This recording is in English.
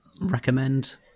recommend